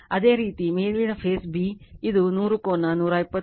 ಅದೇ ರೀತಿ ಮೇಲಿನ ಫೇಸ್ b ಇದು 100 ಕೋನ 120 10 j5 ಇದು 8